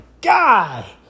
guy